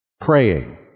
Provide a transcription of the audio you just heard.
praying